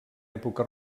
època